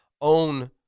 own